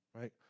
Right